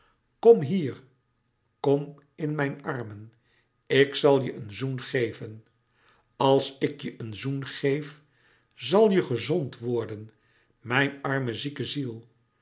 kom hier in mijn armen ik zal je een zoen geven als ik je een zoen geef zal je gezond worden mijn arme zieke ziel